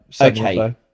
okay